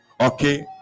okay